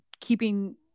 keeping